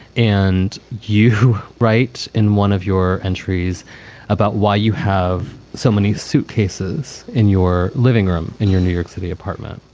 and you write in one of your entries about why you have so many suitcases in your living room, in your new york city apartment.